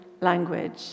language